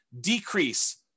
decrease